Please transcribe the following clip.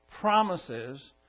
promises